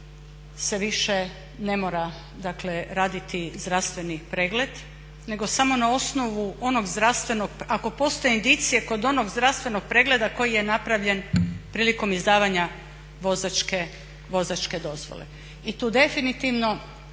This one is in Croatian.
se više ne mora dakle raditi zdravstveni pregled nego samo na osnovu onog zdravstvenog, ako postoje indicije kod onog zdravstvenog pregleda koji je napravljen prilikom izdavanja vozačke dozvole. I tu definitivno